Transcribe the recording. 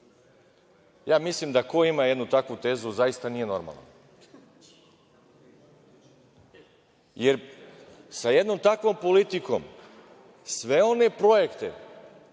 Ja mislim da ko ima jednu takvu tezu zaista nije normalan. Sa jednom takvom politikom, sve one projekte